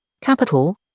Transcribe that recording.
Capital